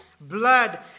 blood